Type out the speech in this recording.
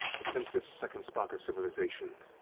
but since this second spark of civilization,